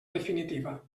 definitiva